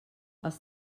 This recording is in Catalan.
els